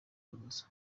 rubozo